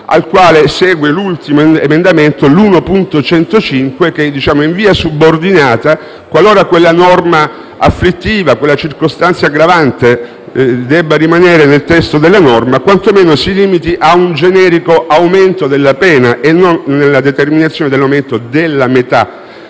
al quale segue l'emendamento 1.105, che prevede che in via subordinata, qualora quella norma afflittiva e quella circostanza aggravante debbano rimanere nel testo della norma, quantomeno ci si limiti a un generico aumento della pena, invece di un aumento della metà